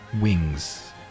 wings